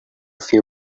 few